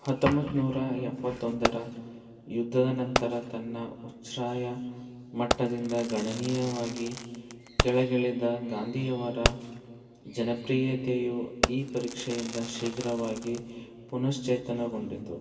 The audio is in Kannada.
ಹತ್ತೊಂಬತ್ತು ನೂರ ಎಪ್ಪತ್ತೊಂದರ ಯುದ್ಧದ ನಂತರ ತನ್ನ ಉಚ್ಛ್ರಾಯ ಮಟ್ಟದಿಂದ ಗಣನೀಯವಾಗಿ ಕೆಳಗಿಳಿದ ಗಾಂಧಿಯವರ ಜನಪ್ರಿಯತೆಯು ಈ ಪರೀಕ್ಷೆಯಿಂದ ಶೀಘ್ರವಾಗಿ ಪುನಶ್ಚೇತನಗೊಂಡಿತು